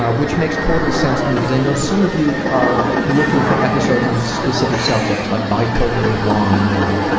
ah which makes total sense to me, because i know some of you are looking for episodes on specific subjects like bipolar one or